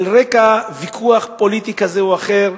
על רקע ויכוח פוליטי כזה או אחר,